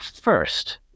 first